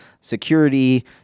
security